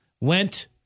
Went